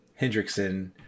Hendrickson